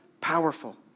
powerful